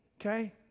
okay